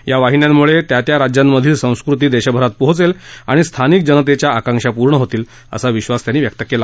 या वाहिन्यांमुळे त्या त्या राज्यांमधील संस्कृती देशभरात पोहोचेल आणि स्थानिक जनतेच्या आकांक्षा पूर्ण होतील असा विश्वास त्यांनी व्यक्त केला